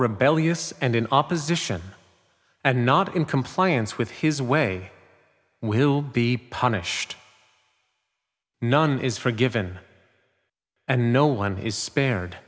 rebellious and in opposition and not in compliance with his way will be punished none is forgiven and no one is spared